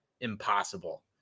impossible